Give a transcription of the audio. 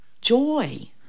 joy